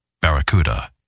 barracuda